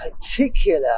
particular